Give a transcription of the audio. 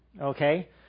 Okay